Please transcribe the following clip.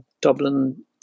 Dublin